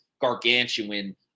gargantuan